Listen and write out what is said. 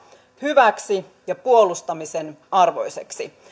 hyväksi ja puolustamisen arvoiseksi